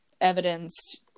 evidenced